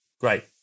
Great